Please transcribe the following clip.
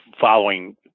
following